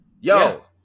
yo